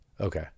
Okay